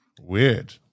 Weird